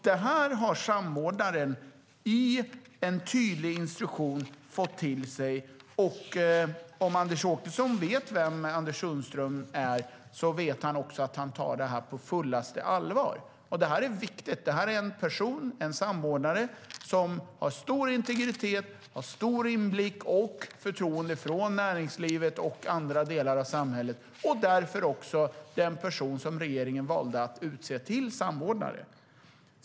Detta har samordnaren fått veta i en tydlig instruktion. Om Anders Åkesson vet vem Anders Sundström är vet han också att Anders Sundström tar uppgiften på fullaste allvar. Det är viktigt. Anders Sundström är en samordnare med stor integritet, inblick i och förtroende hos näringslivet och andra delar av samhället. Därför är han den person regeringen valde att utse till samordnare.